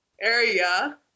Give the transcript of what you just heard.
area